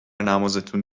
نمازتون